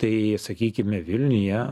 tai sakykime vilniuje